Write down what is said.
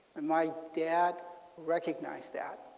and my dad recognized that.